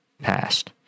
passed